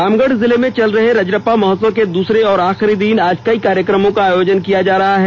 रामगढ़ जिले में चल रहे रजरप्पा महोत्सव के दूसरे और आखिरी दिन आज कई कार्यक्रमों का आयोजन किया जा रहा है